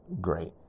great